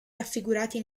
raffigurati